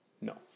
No